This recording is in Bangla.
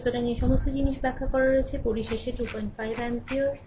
সুতরাং এই সমস্ত জিনিস ব্যাখ্যা করা হয়েছে পরিশেষে 25 অ্যাম্পিয়ার